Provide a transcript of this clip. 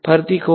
ફરી થી કહો